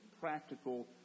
practical